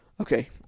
Okay